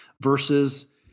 versus